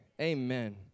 Amen